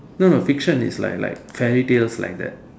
no no fiction is like like fairy tales like that